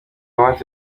wanted